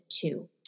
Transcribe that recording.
two